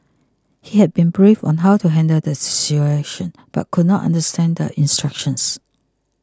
he had been briefed on how to handle the situation but could not understand the instructions